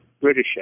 British